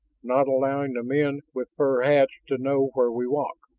not allowing the men with fur hats to know where we walk.